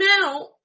now